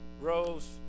rose